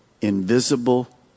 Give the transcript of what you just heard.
invisible